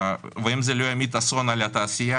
ואם זה לא ימיט אסון על התעשייה,